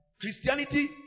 Christianity